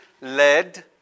led